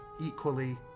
equally